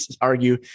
argue